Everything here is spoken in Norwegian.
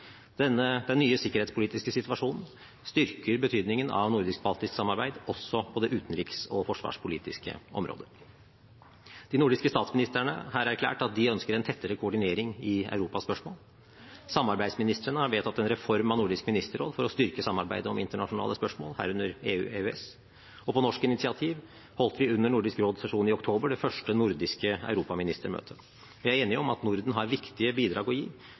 Den nye sikkerhetspolitiske situasjonen styrker betydningen av nordisk-baltisk samarbeid også på det utenriks- og forsvarspolitiske området. De nordiske statsministrene har erklært at de ønsker en tettere koordinering i europaspørsmål. Samarbeidsministrene har vedtatt en reform av Nordisk ministerråd for å styrke samarbeidet om internasjonale spørsmål, herunder EU/EØS. På norsk initiativ holdt vi under Nordisk råds sesjon i oktober det første nordiske europaministermøtet. Vi er enige om at Norden har viktige bidrag å gi